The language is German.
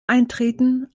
eintreten